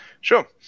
sure